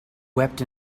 wept